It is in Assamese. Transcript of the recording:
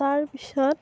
তাৰপিছত